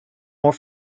more